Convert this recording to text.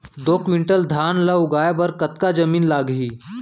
दो क्विंटल धान ला उगाए बर कतका जमीन लागही?